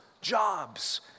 jobs